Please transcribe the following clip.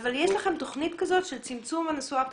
אבל יש לכם תוכנית כזאת של צמצום הנסועה הפרטית?